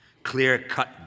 Clear-cut